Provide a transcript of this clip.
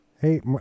Hey